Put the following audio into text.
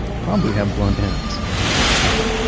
probably have blunt ends okay,